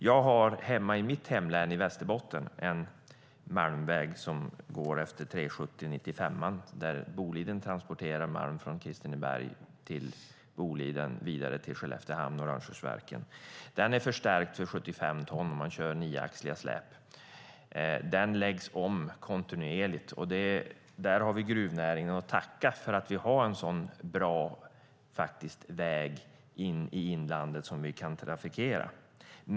Jag har i mitt hemlän Västerbotten en malmväg som går efter väg 370 och 95 där Boliden transporterar malm från Kristineberg till Boliden vidare till Skelleftehamn och Rönnskärsverken. Det är förstärkt för 75 ton, och man kör nioaxliga släp. Den läggs om kontinuerligt. Där har vi gruvnäringen att tacka för att vi har en sådan bra väg i inlandet som vi kan trafikera.